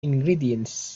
ingredients